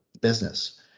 business